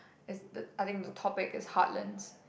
is the I think the topic is heartlands